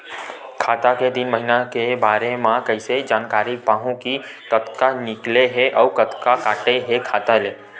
खाता के तीन महिना के बारे मा कइसे जानकारी पाहूं कि कतका निकले हे अउ कतका काटे हे खाता ले?